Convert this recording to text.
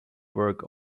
work